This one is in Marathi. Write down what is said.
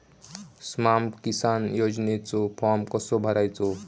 स्माम किसान योजनेचो फॉर्म कसो भरायचो?